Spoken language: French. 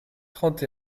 trente